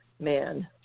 man